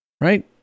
Right